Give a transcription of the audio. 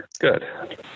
Good